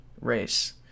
race